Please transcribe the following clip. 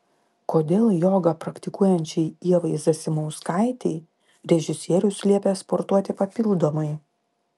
kodėl jogą praktikuojančiai ievai zasimauskaitei režisierius liepė sportuoti papildomai